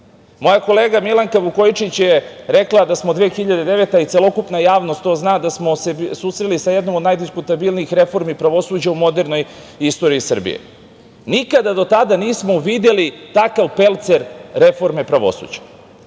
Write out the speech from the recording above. Moja koleginica Milanka Vukojičić je rekla da smo 2009. godine i celokupna javnost to zna, da smo se susreli sa jednom od najdiskutabilnijih reformi pravosuđa u modernoj istoriji Srbije. Nikada do tada nismo videli takav pelcer reforme pravosuđa,